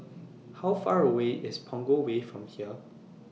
How Far away IS Punggol Way from here